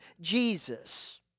Jesus